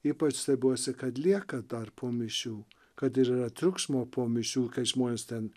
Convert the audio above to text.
ypač tai stebiuosi kad lieka dar po mišių kad ir yra triukšmo po mišių kai žmonės ten